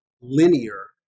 linear